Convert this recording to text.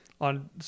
on